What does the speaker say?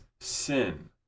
sin